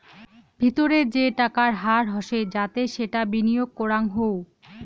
ভিতরে যে টাকার হার হসে যাতে সেটা বিনিয়গ করাঙ হউ